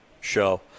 show